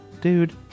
Dude